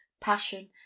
passion